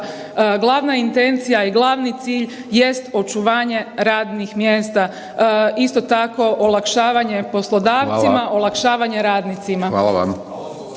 glavna intencija i glavni cilj jest očuvanje radnih mjesta. Isto tako olakšavanje poslodavcima, olakšavanje …/Upadica: